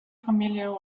familiar